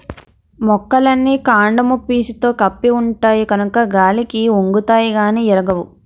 మొక్కలన్నీ కాండము పీసుతో కప్పి ఉంటాయి కనుక గాలికి ఒంగుతాయి గానీ ఇరగవు